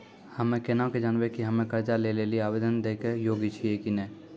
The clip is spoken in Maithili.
हम्मे केना के जानबै कि हम्मे कर्जा लै लेली आवेदन दै के योग्य छियै कि नै?